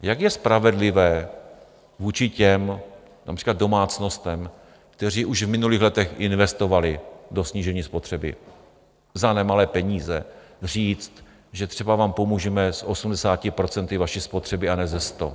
Jak je spravedlivé vůči těm například domácnostem, které už v minulých letech investovaly do snížení spotřeby za nemalé peníze, říct, že třeba vám pomůžeme s 80 procenty vaší spotřeby a ne se 100?